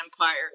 Empire